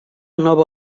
nova